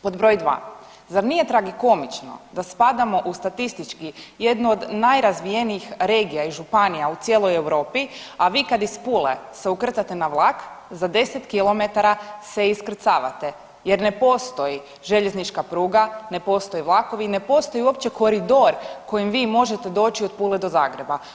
Pod broj dva, zar nije tragikomično da spadamo u statistički jednu od najrazvijenijih regija i županija u cijeloj Europi, a vi kad iz Pule se ukrcate na vlak za 10 km se iskrcavate jer ne postoji željeznička pruga, ne postoje vlakovi i ne postoji uopće koridor kojim vi možete doći od Pule do Zagreba.